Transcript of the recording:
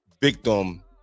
victim